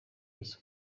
yose